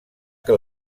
que